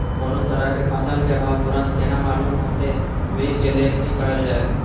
कोनो तरह के फसल के भाव तुरंत केना मालूम होते, वे के लेल की करल जाय?